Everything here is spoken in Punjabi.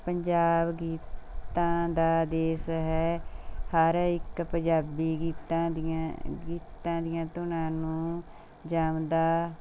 ਪੰਜਾਬ ਗੀਤਾਂ ਦਾ ਦੇਸ ਹੈ ਹਰ ਇਕ ਪੰਜਾਬੀ ਗੀਤਾਂ ਦੀਆਂ ਗੀਤਾਂ ਦੀਆਂ ਧੁਨਾਂ ਨੂੰ ਜਮਦਾ